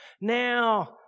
Now